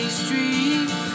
street